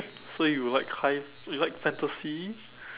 so you like high you like fantasy